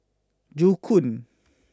Joo Koon